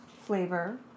flavor